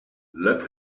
let